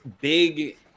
big